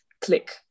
click